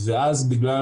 ואז בגלל